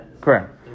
Correct